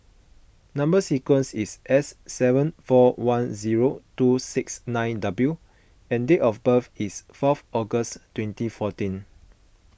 Number Sequence is S seven four one zero two six nine W and date of birth is fourth August twenty fourteen